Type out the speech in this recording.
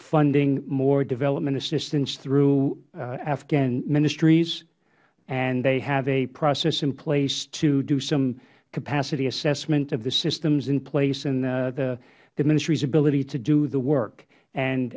funding more development assistance through afghan ministries and they have a process in place to do some capacity assessment of the systems in place and the ministries ability to do the work and